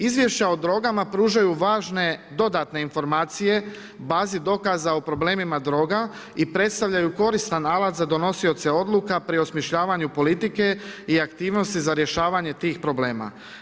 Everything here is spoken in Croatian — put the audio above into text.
Izvješća o drogama pružaju važne dodatne informacije bazi dokaza o problemima droga i predstavljaju koristan alat za donosioce odluka pri osmišljavanju politike i aktivnosti za rješavanje tih problema.